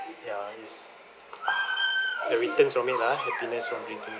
ya it's the returns from it ah happiness from drinking